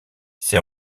ses